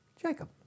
Jacob